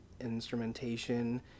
instrumentation